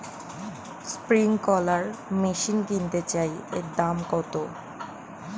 Sprinkler machine কিনতে চাই এর দাম কত?